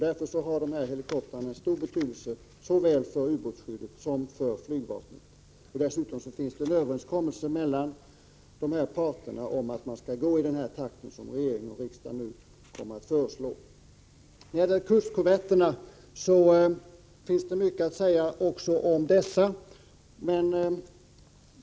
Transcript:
Därför har dessa helikoptrar stor betydelse såväl för ubåtsskyddet som för flygvapnet. Dessutom finns det en överenskommelse mellan parterna om att man skall tillämpa den takt som riksdag och regering nu kommer att föreslå. Även i fråga om kustkorvetterna finns det mycket att säga.